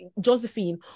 Josephine